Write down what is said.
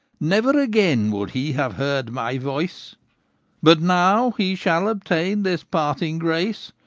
never again would he have heard my voice but now he shall obtain this parting grace,